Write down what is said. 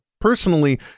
personally